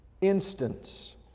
instance